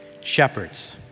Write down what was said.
shepherds